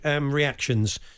reactions